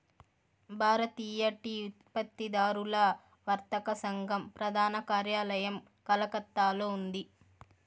భారతీయ tea ఉత్పత్తిదారుల వర్తక సంఘం ప్రధాన కార్యాలయం కలకత్తాలో ఉంది